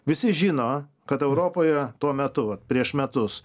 visi žino kad europoje tuo metu prieš metus